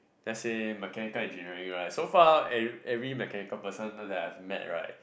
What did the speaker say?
let's say mechanical engineering right so far every every mechanical person you know that I've met right